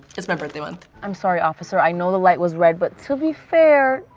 it's my birthday month. i'm sorry officer, i know the light was red, but to be fair,